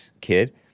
kid